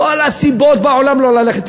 כל הסיבות בעולם לא ללכת.